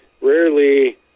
rarely